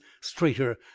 straighter